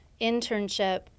internship